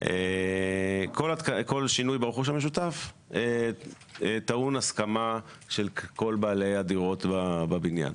של הבניין טעונים הסכמה של כל בעלי הדירות בבניין.